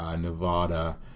Nevada